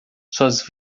suas